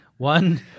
One